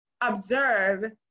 observe